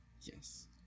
Yes